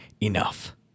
enough